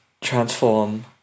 transform